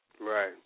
Right